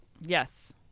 Yes